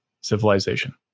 civilization